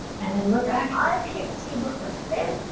and then look back. i can't see behind